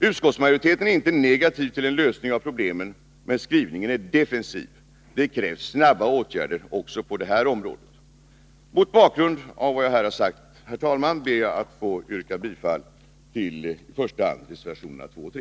Utskottsmajoriteten är inte negativ till en lösning av problemen, men skrivningen är defensiv. Det krävs snabba åtgärder också på detta område. Mot bakgrund av vad jag här sagt, herr talman, ber jag att få yrka bifall till reservationerna 2 och 3.